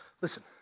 Listen